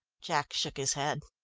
jack shook his head.